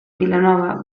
vilanova